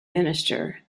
minister